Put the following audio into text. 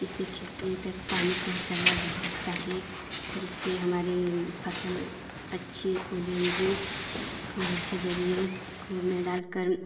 इससे खेती तक पानी पहुँचाया जा सकता है जिससे हमारी फ़सल अच्छी उगेगी कुएँ के जरिये कुएँ में डालकर